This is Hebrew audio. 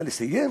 נא לסיים?